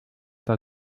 der